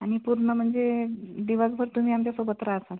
आणि पूर्ण म्हणजे दिवसभर तुम्ही आमच्यासोबत राहतान